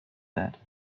that